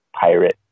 pirate